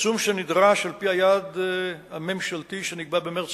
מהצמצום שנדרש על-פי היעד הממשלתי שנקבע במרס